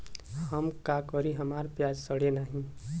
हम का करी हमार प्याज सड़ें नाही?